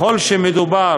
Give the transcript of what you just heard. ככל שמדובר